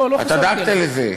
לא, לא חשבתי על זה.